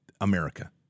America